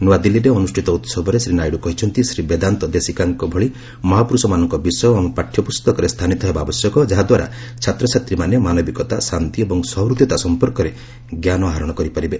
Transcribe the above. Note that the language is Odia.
ନୂଆଦିଲ୍ଲୀରେ ଅନୁଷ୍ଠିତ ଉତ୍ସବରେ ଶ୍ରୀ ନାଇଡୁ କହିଛନ୍ତି ଶ୍ରୀବେଦାନ୍ତ ଦେଶୀକାଙ୍କ ଭଳି ମହାପୁରୁଷମାନଙ୍କ ବିଷୟ ଆମ ପାଠ୍ୟ ପୁସ୍ତକରେ ସ୍ଥାନିତ ହେବା ଆବଶ୍ୟକ ଯାହାଦ୍ୱାରା ଛାତ୍ରଛାତ୍ରୀମାନେ ମାନବିକତା ଶାନ୍ତି ଏବଂ ସ ହୃଦୟତା ସମ୍ପର୍କରେ ଜ୍ଞାନ ଆହରଣ କରିପାରିବେ